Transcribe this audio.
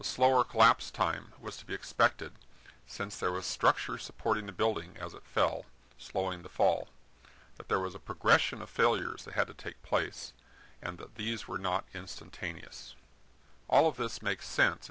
slower collapse time was to be expected since there was structure supporting the building as it fell slowing the fall but there was a progression of failures that had to take place and that these were not instantaneous all of this makes sense